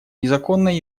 незаконной